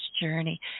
journey